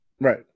Right